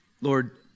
Lord